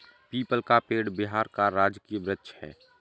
people का पेड़ बिहार का राजकीय वृक्ष है